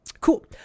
Cool